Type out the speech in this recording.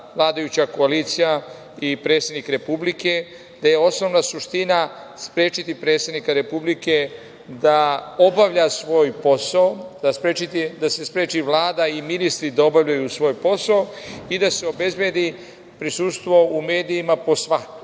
vladajuća koalicija i predsednik Republike, da je osnovna suština sprečiti predsednika Republike da obavlja svoj posao, da se spreči Vlada i ministri da obavljaju svoj posao i da se obezbedi prisustvo u medijima po svaku